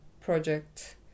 project